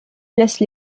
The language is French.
placent